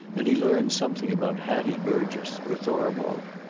and he learned something about hattie burgess, or thorwald.